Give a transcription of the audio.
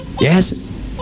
Yes